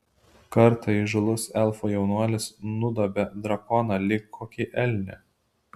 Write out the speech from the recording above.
kartą įžūlus elfų jaunuolis nudobė drakoną lyg kokį elnią